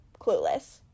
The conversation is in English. clueless